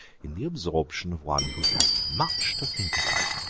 in the absorption of one who has much to think about